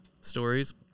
stories